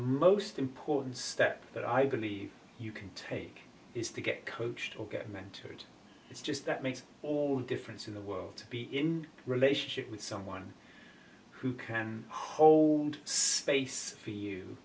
most important step that i believe you can take is to get coached or get mentored it's just that makes all the difference in the world to be in a relationship with someone who can hold space